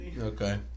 Okay